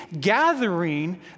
gathering